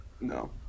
No